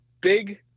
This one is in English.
big